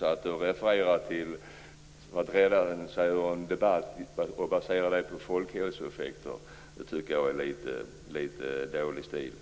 Att för att rädda sig undan debatt referera till folkhälsoeffekter tycker jag är litet dålig stil.